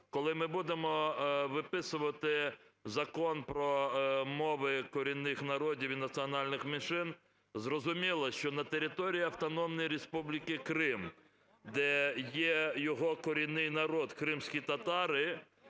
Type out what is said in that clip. Коли ми будемо виписувати Закон про мови корінних народів і національних меншин, зрозуміло, що на території Автономної Республіки Крим, де є його корінний народ кримські татари,